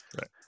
Right